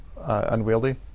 unwieldy